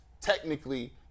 technically